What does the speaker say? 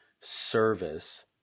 service